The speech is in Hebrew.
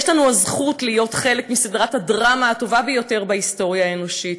"יש לנו הזכות להיות חלק מסדרת הדרמה הטובה ביותר בהיסטוריה האנושית",